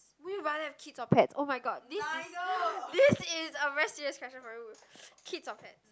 would you rather have kids or pets oh-my-god this is this is a very serious question for you kids or pets